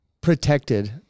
protected